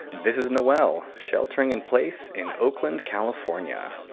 this is noel, sheltering in place in oakland, calif. um yeah